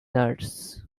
nuts